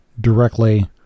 directly